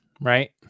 right